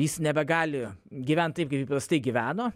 jis nebegali gyvent taip kaip įprastai gyveno